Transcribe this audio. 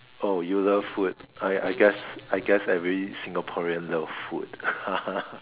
oh you love food I I guess I guess every Singaporean love food